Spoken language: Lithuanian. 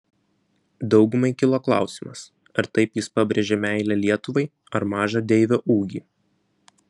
daugumai kilo klausimas ar taip jis pabrėžė meilę lietuvai ar mažą deivio ūgį